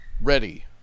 Ready